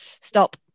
stop